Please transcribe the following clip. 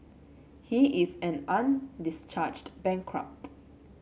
he is an undischarged bankrupt